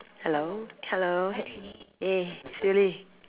hello hello eh Sili